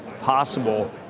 possible